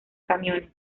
camiones